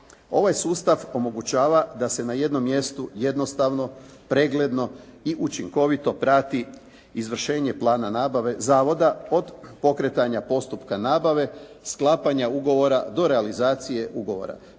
Ovaj sustav omogućava da se na jednom mjestu jednostavno, pregledno i učinkovito prati izvršenje plana nabave zavoda od pokretanja postupka nabave, sklapanja ugovora do realizacije ugovora